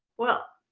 well,